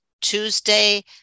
Tuesday